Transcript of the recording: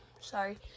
sorry